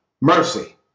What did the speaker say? mercy